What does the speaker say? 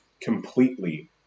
completely